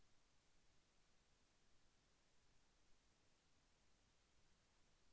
మిర్చిలో పైముడతలు మరియు క్రింది ముడతలు రావడానికి కారణం ఏమిటి?